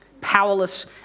Powerless